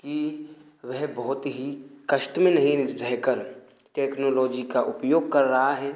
कि वह बहुत ही कष्ट में नहीं रह कर टेक्नोलोजी का उपयोग कर रहा है